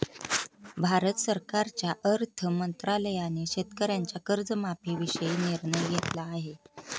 भारत सरकारच्या अर्थ मंत्रालयाने शेतकऱ्यांच्या कर्जमाफीविषयी निर्णय घेतला आहे